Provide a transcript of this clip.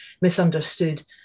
misunderstood